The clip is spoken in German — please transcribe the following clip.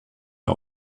der